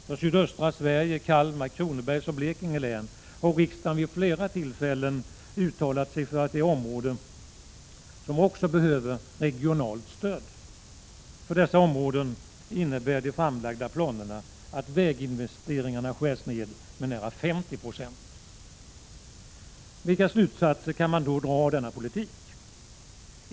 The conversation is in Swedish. För sydöstra Sverige — Kalmar, Kronobergs och Blekinge län — har riksdagen vid flera tillfällen uttalat sig för att de områdena också behöver regionalt stöd. För dessa områden innebär dock de framlagda planerna att väginvesteringarna skärs ned med nära 50 96. Vilka slutsatser kan man dra av denna politik?